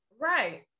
Right